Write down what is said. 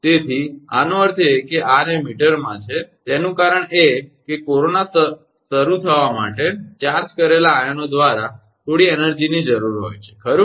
તેથી આનો અર્થ એ કે r એ મીટરમાં છે અને તેનું કારણ એ છે કે કોરોના શરૂ કરવા માટે ચાર્જ કરેલા આયનો દ્વારા થોડી એનર્જીની જરૂર હોય છે ખરું ને